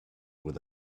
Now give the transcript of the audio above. with